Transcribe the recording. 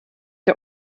der